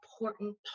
important